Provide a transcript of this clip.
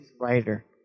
writer